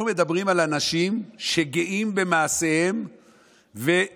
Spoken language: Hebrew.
אנחנו מדברים על אנשים שגאים במעשיהם והולכים